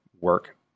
work